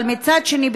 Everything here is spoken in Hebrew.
אבל מצד שני,